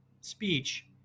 speech